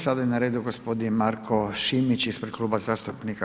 Sada je na redu gospodin Marko Šimić ispred Kluba zastupnika